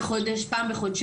פעם בחודש, פעם בחודשיים.